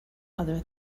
other